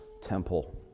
temple